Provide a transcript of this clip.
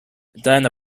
then